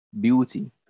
beauty